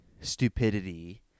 stupidity